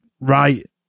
right